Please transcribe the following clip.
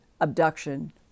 abduction